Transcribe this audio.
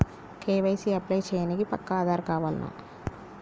KYC apply చేయనీకి పక్కా ఆధార్ కావాల్నా?